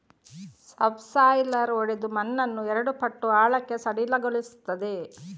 subsoiler ಒಡೆದು ಮಣ್ಣನ್ನು ಎರಡು ಪಟ್ಟು ಆಳಕ್ಕೆ ಸಡಿಲಗೊಳಿಸುತ್ತದೆ